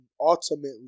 ultimately